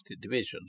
divisions